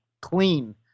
clean